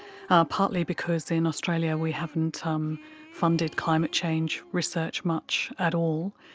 ah partly because in australia we haven't um funded climate change research much at all,